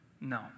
No